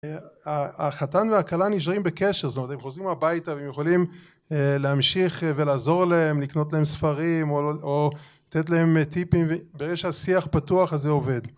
החתן והכלה נשארים בקשר, זאת אומרת, הם חוזרים הביתה והם יכולים להמשיך ולעזור להם, לקנות להם ספרים, או לתת להם טיפים, ברגע שהשיח פתוח אז זה עובד